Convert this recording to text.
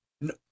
No